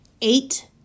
Eight